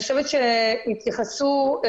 קבלנו עשרות של פניות ובסך הכול אני חושבת שזה עובד